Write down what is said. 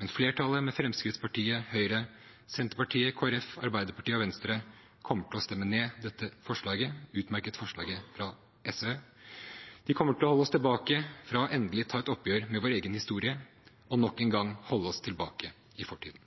men flertallet, med Fremskrittspartiet, Høyre, Senterpartiet, Kristelig Folkeparti, Arbeiderpartiet og Venstre, kommer til å stemme ned dette utmerkede forslaget fra SV. Vi kommer til å holde oss tilbake fra endelig å ta et oppgjør med vår egen historie, og nok en gang holde oss tilbake i